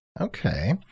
Okay